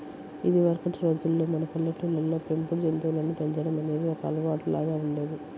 ఇదివరకటి రోజుల్లో మన పల్లెటూళ్ళల్లో పెంపుడు జంతువులను పెంచడం అనేది ఒక అలవాటులాగా ఉండేది